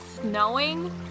snowing